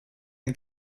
and